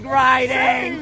riding